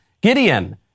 Gideon